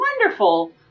wonderful